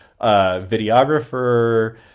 videographer